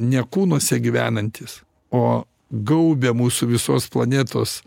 ne kūnuose gyvenantys o gaubia mūsų visos planetos